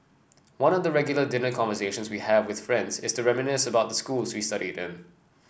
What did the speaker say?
one of the regular dinner conversations we have with friends is to reminisce about the schools we studied in